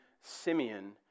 Simeon